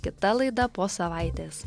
kita laida po savaitės